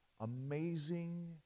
amazing